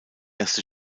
erste